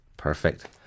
Perfect